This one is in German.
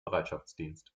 bereitschaftsdienst